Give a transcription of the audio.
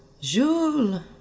jules